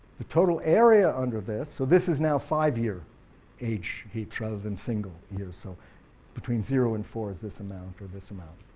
the total area under this, so this is now five-year age heaps rather than single year, so between zero and four is this amount, or this amount,